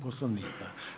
Poslovnika.